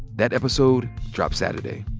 that episode drops saturday.